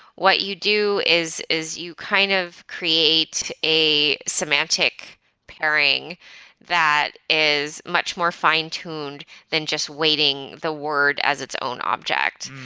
what you do is is you kind of create a semantic pairing that is much more fine-tuned than just waiting the word as its own object.